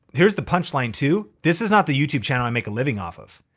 here's the punchline too this is not the youtube channel i make a living off of.